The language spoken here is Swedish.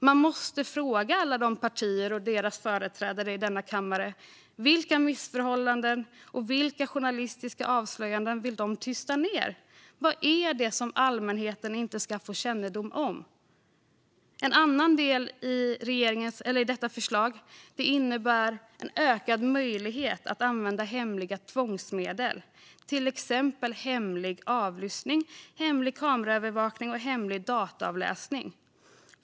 Man måste fråga alla dessa partier och deras företrädare i denna kammare vilka missförhållanden och vilka journalistiska avslöjanden de vill tysta ned. Vad är det som allmänheten inte ska få kännedom om? En annan del i förslaget innebär en ökad möjlighet att använda hemliga tvångsmedel, till exempel hemlig avlyssning, hemlig kameraövervakning och hemlig dataavläsning.